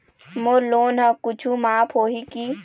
मोर loan हा कुछू माफ होही की?